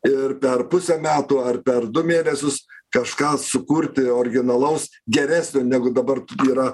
ir per pusę metų ar per du mėnesius kažką sukurti originalaus geresnio negu dabar yra